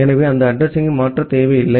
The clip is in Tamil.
எனவே அந்த அட்ரஸிங்யை மாற்ற தேவையில்லை